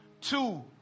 two